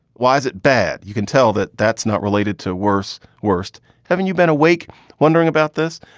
why is it bad? you can tell that that's not related to worse. worst haven't you been awake wondering about this?